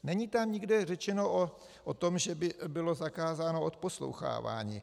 Není tam nikde řečeno o tom, že by bylo zakázáno odposlouchávání.